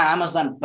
Amazon